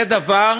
זה דבר,